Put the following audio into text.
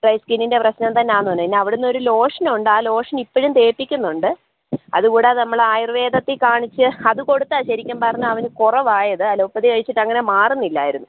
dry സ്കിൻന്നിൻ്റെ പ്രശ്നം തന്നെയാന്ന്റഞ്ഞ് പിന്നെ അവിടുന്ന് ഒരു ലോഷൻ ഉണ്ട് ആ ലോഷണിപ്പഴും തേപ്പിക്കുന്നൊണ്ട് അതുകൂടാതെ നമ്മൾ ആയുർവേദത്തിൽ കാണിച്ച് അതുകൊടുത്ത ശരിക്കും പറഞ്ഞാൽ അവനു കുറവായത് അലോപ്പതി കഴിച്ചിട്ട് അങ്ങനെ മാറുന്നിലാര്ന്നു